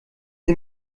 sie